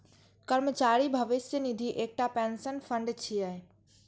कर्मचारी भविष्य निधि एकटा पेंशन फंड छियै